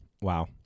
Wow